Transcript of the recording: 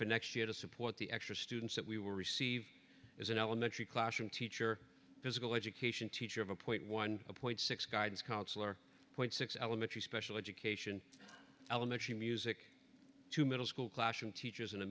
extra to support the extra students that we were received as an elementary classroom teacher physical education teacher of a point one point six guidance counselor point six elementary special education elementary music two middle school classroom teachers